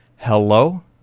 Hello